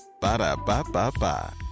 Ba-da-ba-ba-ba